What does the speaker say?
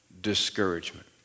discouragement